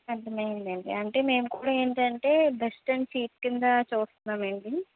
అర్థం అయింది అండి అంటే మేము కూడా ఏంటి అంటే బెస్ట్ అండ్ చీప్ కింద చూస్తున్నాం అండి